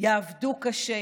יעבדו קשה,